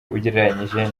ugereranyije